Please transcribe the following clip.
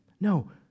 No